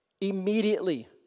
immediately